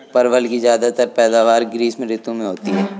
परवल की ज्यादातर पैदावार ग्रीष्म ऋतु में होती है